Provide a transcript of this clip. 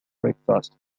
breakfast